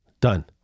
Done